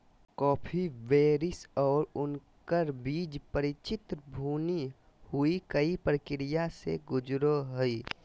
coffee berries और उनकर बीज परिचित भुनी हुई कई प्रक्रिया से गुजरो हइ